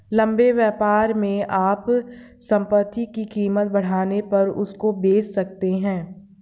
लंबे व्यापार में आप संपत्ति की कीमत बढ़ने पर उसको बेच सकते हो